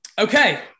Okay